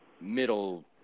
middle